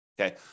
Okay